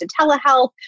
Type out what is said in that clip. telehealth